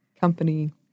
company